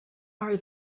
are